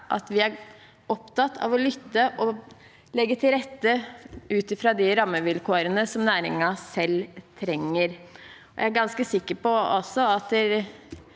at vi er opptatt av å lytte og legge til rette ut fra de rammevilkårene som næringen selv trenger. Jeg er ganske sikker på at